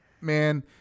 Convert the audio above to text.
man